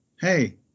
hey